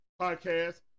Podcast